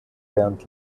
während